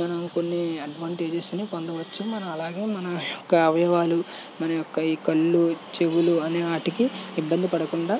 మనం కొన్ని అడ్వాంటేజెస్ని పొందవచ్చు మనం అలాగే మన యొక్క అవయవాలు మన యొక్క ఈ కళ్ళు చెవులు అనే వాటికి ఇబ్బంది పడకుండా